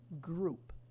group